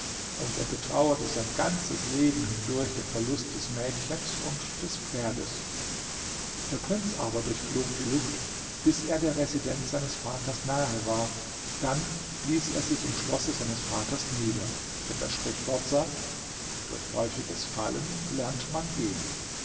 und er betrauerte sein ganzes leben hindurch den verlust des mädchens und des pferdes der prinz aber durchflog die luft bis er der residenz seines vaters nahe war dann ließ er sich im schlosse seines vaters nieder denn das sprichwort sagt durch häufiges fallen lernt man gehen